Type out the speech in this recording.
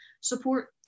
support